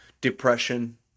depression